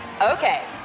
Okay